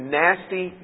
nasty